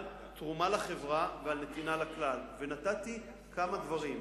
על תרומה לחברה ועל נתינה לכלל, ונתתי כמה דברים: